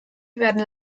werden